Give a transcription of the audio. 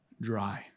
dry